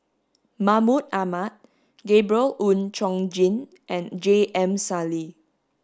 Mahmud Ahmad Gabriel Oon Chong Jin and J M Sali